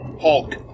Hulk